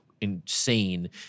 insane